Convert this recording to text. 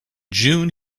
june